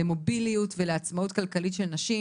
למוביליות ולעצמאות כלכלית של נשים.